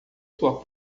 sua